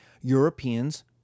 Europeans